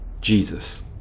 Jesus